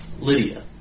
Lydia